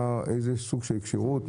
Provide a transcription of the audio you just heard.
איזה סוג של כשירות,